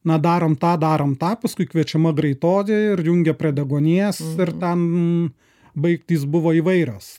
na darom tą darom tą paskui kviečiama greitoji ir jungia prie deguonies ir ten baigtys buvo įvairios